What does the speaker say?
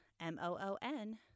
M-O-O-N